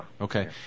Okay